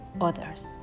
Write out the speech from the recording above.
others